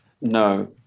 no